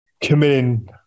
committing